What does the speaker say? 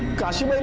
kashi